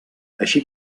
així